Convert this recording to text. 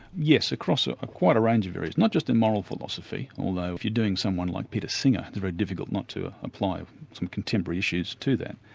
yes, across ah quite a range of areas, not just in moral philosophy, although if you're doing someone like peter singer, it's very difficult not to ah apply some contemporary issues to that.